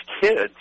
kids